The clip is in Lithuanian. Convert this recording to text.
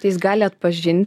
tai jis gali atpažinti